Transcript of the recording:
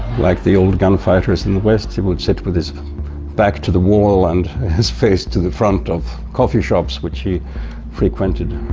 like the old gunfighters in the west, he would sit with his back to the wall, and his face to the front of coffee shops he frequented.